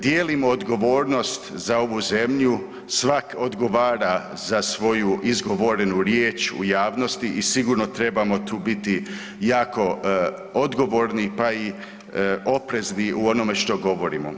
Dijelimo odgovornost za ovu zemlju, svatko odgovara za svoju izgovorenu riječ u javnosti i sigurno trebamo tu biti jako odgovorni, pa i oprezni u onome što govorimo.